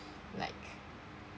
like